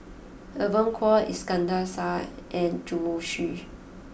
Evon Kow Iskandar Shah and Zhu Xu